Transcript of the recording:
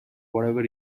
whatever